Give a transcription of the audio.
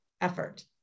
effort